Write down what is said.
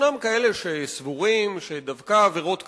ישנם כאלה שסבורים שדווקא עבירות כאלה,